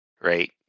right